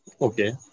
Okay